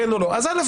אז א',